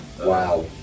Wow